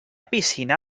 piscina